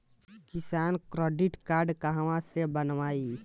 किसान credit card कहवा से बनवाई?